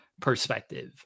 perspective